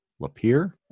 Lapeer